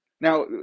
Now